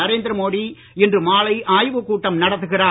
நரேந்திர மோடி இன்று மாலை ஆய்வுக் கூட்டம் நடத்துகிறார்